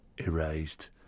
Erased